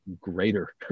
greater